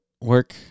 Work